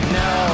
no